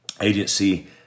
Agency